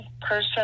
person